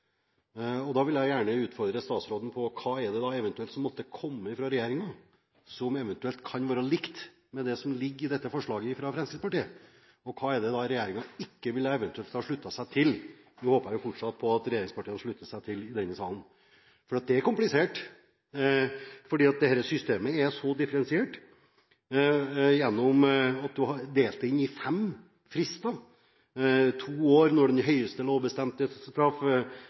regjeringen. Da vil jeg gjerne utfordre statsråden på hva det er som måtte komme fra regjeringen, som eventuelt kan være likt det som ligger i dette forslaget fra Fremskrittspartiet? Hva er det regjeringen eventuelt ikke ville ha sluttet seg til? Jeg håper fortsatt på at regjeringspartiene vil slutte seg til forslaget i denne salen. Dette er komplisert. Systemet er differensiert ved at du har fem frister: to år foreldelsesfrist når den høyeste lovbestemte straff er bøter eller fengsel i ett år, fem år når den høyeste lovbestemte straff